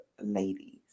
ladies